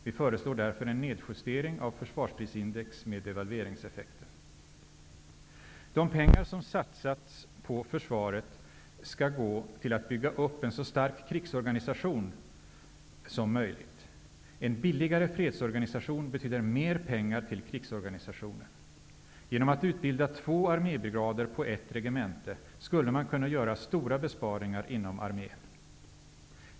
Vi föreslår därför en nedjustering av försvarsprisindex motsvarande devalveringseffekten. De pengar som satsats på försvaret ska gå till att bygga upp en så stark krigsorganisation som möjligt. En billigare fredsorganisation betyder mer pengar till krigsorganisationen. Genom att utbilda två armébrigader på ett regemente skulle man kunna göra stora besparingar inom armén.